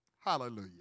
Hallelujah